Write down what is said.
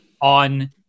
on